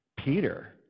Peter